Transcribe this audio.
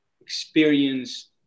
experience